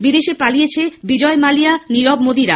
বিদেশে পালিয়েছে বিজয় মাল্য নীরব মোদীরা